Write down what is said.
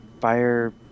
fire